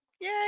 yay